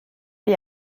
wie